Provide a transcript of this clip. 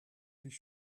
sich